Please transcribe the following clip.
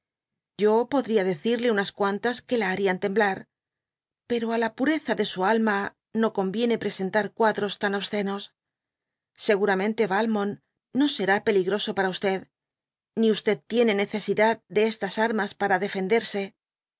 yo podria decirle unas cuantas que la harian temblar j pero á la pq reza de su alma no conviene presentar cuadros tan obcenos seguramente yalmont no será peligroso para ni f tiene necesidad de estas armas para defenderse